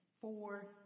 four